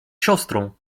siostrą